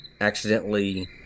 accidentally